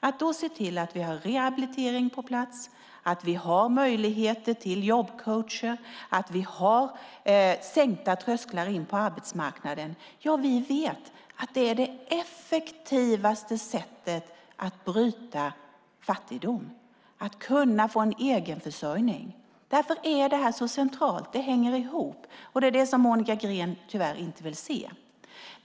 Att se till att vi har rehabilitering, möjlighet till jobbcoach, sänkta trösklar in på arbetsmarknaden och möjlighet till egenförsörjning är det effektivaste sättet att bryta fattigdom. Därför är detta så centralt. Det hänger ihop. Det vill Monica Green tyvärr inte se.